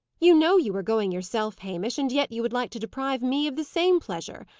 you know you are going yourself, hamish, and yet you would like to deprive me of the same pleasure.